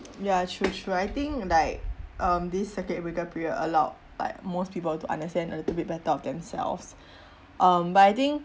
ya true true I think like um this circuit breaker period allowed like most people to understand a little bit better of themselves um but I think